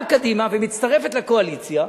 ומצטרפת לקואליציה.